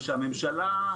ושהממשלה,